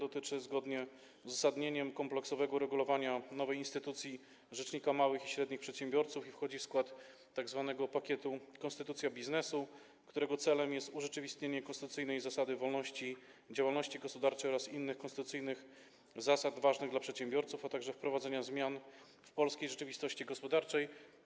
Chciałbym tylko przypomnieć, że projekt ten zgodnie z uzasadnieniem dotyczy kompleksowego uregulowania nowej instytucji rzecznika małych i średnich przedsiębiorców i wchodzi w skład tzw. pakietu konstytucji biznesu, którego celem jest urzeczywistnienie konstytucyjnej zasady wolności działalności gospodarczej oraz innych konstytucyjnych zasad ważnych dla przedsiębiorców, a także wprowadzenie zmian w polskiej rzeczywistości gospodarczej.